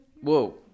Whoa